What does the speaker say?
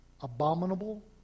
abominable